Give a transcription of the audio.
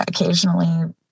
occasionally